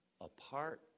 apart